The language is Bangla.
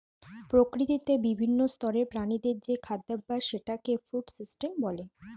প্রকৃতিতে বিভিন্ন স্তরের প্রাণীদের যে খাদ্যাভাস সেটাকে ফুড সিস্টেম বলে